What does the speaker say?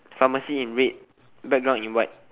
pharmacy in red background in white